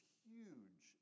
huge